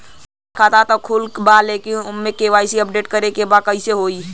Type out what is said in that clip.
हमार खाता ता खुलल बा लेकिन ओमे के.वाइ.सी अपडेट करे के बा कइसे होई?